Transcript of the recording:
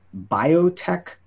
biotech